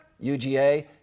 UGA